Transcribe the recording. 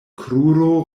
kruro